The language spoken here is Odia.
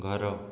ଘର